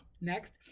Next